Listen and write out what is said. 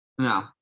No